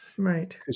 Right